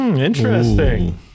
Interesting